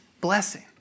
blessing